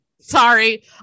sorry